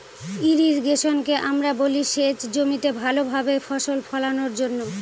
ইর্রিগেশনকে আমরা বলি সেচ জমিতে ভালো ভাবে ফসল ফোলানোর জন্য